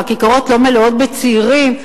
הכיכרות לא מלאות בצעירים,